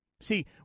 See